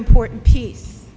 important piece